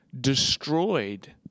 destroyed